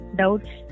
doubts